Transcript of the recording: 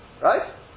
right